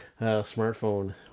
smartphone